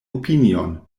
opinion